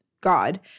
God